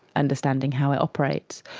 understanding how it operates.